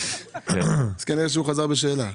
כנראה שהוא חזר בשאלה.